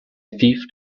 fifth